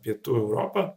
pietų europa